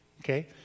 okay